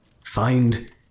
Find